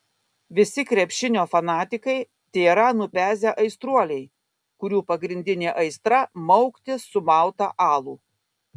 visi krepšinio fanatikai tėra nupezę aistruoliai kurių pagrindinė aistra maukti sumautą alų